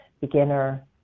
beginner